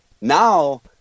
now